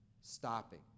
Stopping